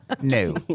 No